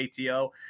ATO